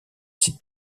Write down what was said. sites